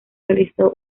realizó